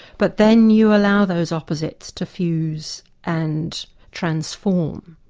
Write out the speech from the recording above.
but then you allow those opposites to fuse and transform.